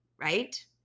right